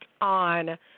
on